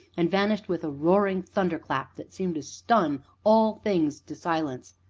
and vanished with a roaring thunder-clap that seemed to stun all things to silence.